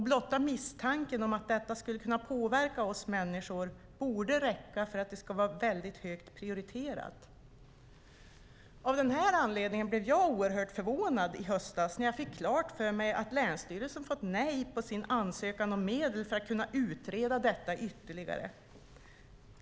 Blotta misstanken att detta skulle kunna påverka oss människor borde räcka för att det ska vara mycket högt prioriterat. Av den här anledningen blev jag oerhört förvånad i höstas när jag fick klart för mig att länsstyrelsen fått nej på sin ansökan om medel för att kunna utreda detta ytterligare.